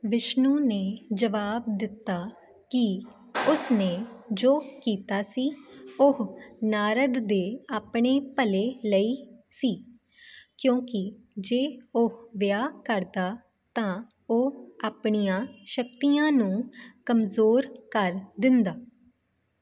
ਵਿਸ਼ਨੂੰ ਨੇ ਜਵਾਬ ਦਿੱਤਾ ਕਿ ਉਸ ਨੇ ਜੋ ਕੀਤਾ ਸੀ ਉਹ ਨਾਰਦ ਦੇ ਆਪਣੇ ਭਲੇ ਲਈ ਸੀ ਕਿਉਂਕੀ ਜੇ ਉਹ ਵਿਆਹ ਕਰਦਾ ਤਾਂ ਉਹ ਆਪਣੀਆਂ ਸ਼ਕਤੀਆਂ ਨੂੰ ਕਮਜ਼ੋਰ ਕਰ ਦਿੰਦਾ